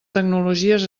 tecnologies